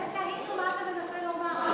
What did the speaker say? באמת תהינו מה אתה מנסה לומר.